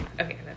Okay